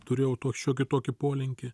turėjau šiokį tokį polinkį